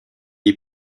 est